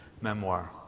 Memoir